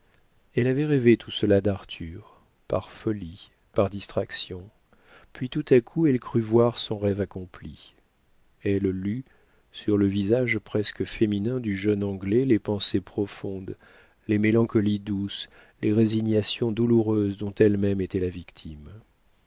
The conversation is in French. elle avait rêvé tout cela d'arthur par folie par distraction puis tout à coup elle crut voir son rêve accompli elle lut sur le visage presque féminin du jeune anglais les pensées profondes les mélancolies douces les résignations douloureuses dont elle-même était la victime